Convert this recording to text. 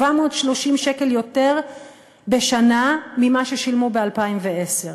730 שקל יותר בשנה ממה ששילמו ב-2010.